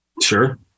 Sure